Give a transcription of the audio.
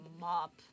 mop